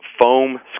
foam